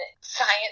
science